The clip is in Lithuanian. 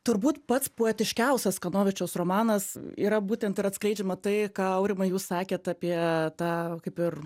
turbūt pats poetiškiausias kanovičiaus romanas yra būtent ir atskleidžiama tai aurimai jūs sakėt apie tą kaip ir